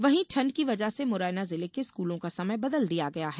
वहीं ठंड की वजह से मुरैना जिले के स्कूलों का समय बदल दिया गया है